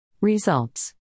Results